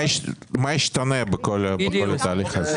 מה ישתנה בכל התהליך?